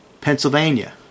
Pennsylvania